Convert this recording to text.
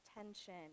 attention